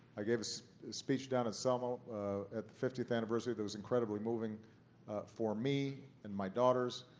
i gave a speech down in selma at the fiftieth anniversary that was incredibly moving for me and my daughters,